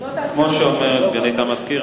כמו שאומרת סגנית המזכיר,